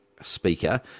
speaker